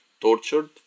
tortured